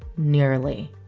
nearly.